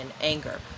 anger